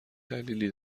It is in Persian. دلیلی